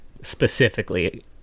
specifically